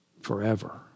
forever